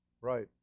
Right